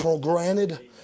granted